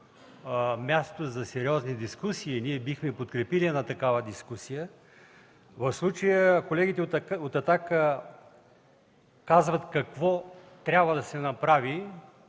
място за сериозни дискусии – ние бихме подкрепили такава дискусия. В случая колегите от „Атака” казват какво трябва да се направи